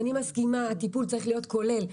שהטיפול צריך להיות כולל.